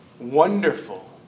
wonderful